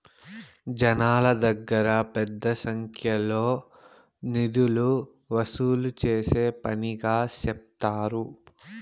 జనాల దగ్గర పెద్ద సంఖ్యలో నిధులు వసూలు చేసే పనిగా సెప్తారు